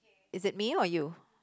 is it me or you